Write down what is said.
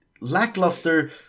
lackluster